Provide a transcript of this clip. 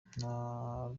nta